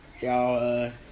y'all